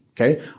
okay